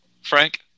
Frank